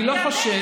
אני לא חושד,